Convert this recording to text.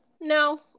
no